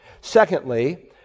Secondly